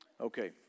Okay